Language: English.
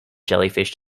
jellyfish